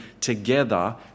together